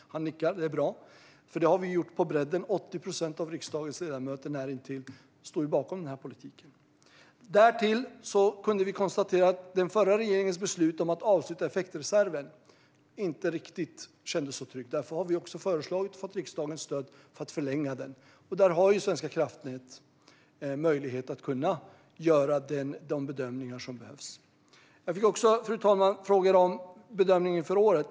Han nickar. Det är bra. Detta har vi gjort på bredden. 80 procent av riksdagens ledamöter står bakom den politiken. Därtill kunde vi konstatera att den förra regeringens beslut att avsluta effektreserven inte kändes riktigt tryggt. Därför har vi föreslagit, och fått riksdagens stöd för, att den ska förlängas. Där har Svenska kraftnät möjlighet att göra de bedömningar som behövs. Jag fick också, fru talman, frågor om bedömningen inför vintern.